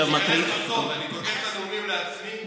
קודם כול, אני כותב את הנאומים לעצמי.